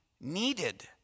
needed